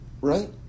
right